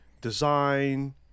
design